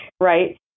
right